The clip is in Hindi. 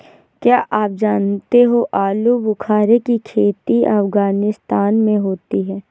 क्या आप जानते हो आलूबुखारे की खेती अफगानिस्तान में होती है